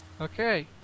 Okay